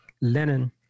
linen